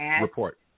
report